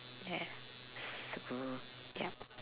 um yup